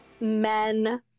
men